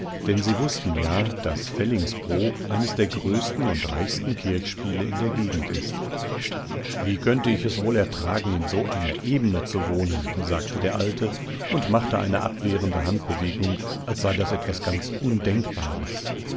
denn sie wußten ja daß fellingsbro eines der größtenundreichstenkirchspieleindergegendist wie könnte ich es wohl ertragen in so einer ebene zu wohnen sagte der alte und machte eine abwehrende handbewegung als sei das etwas ganz undenkbares